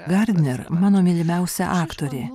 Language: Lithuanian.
gardner mano mylimiausia aktorė